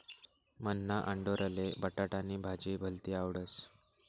मन्हा आंडोरले बटाटानी भाजी भलती आवडस